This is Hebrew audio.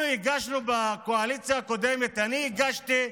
אנחנו הגשנו בקואליציה הקודמת, אני הגשתי,